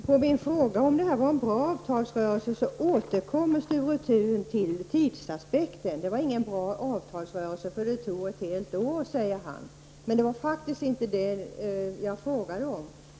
Herr talman! På min fråga om detta var en bra avtalsrörelse återkommer Sture Thun till tidsaspekten. Det var ingen bra avtalsrörelse, eftersom den tog ett helt år, säger han. Men det var faktiskt inte det jag frågade om.